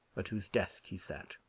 at whose desk he sat.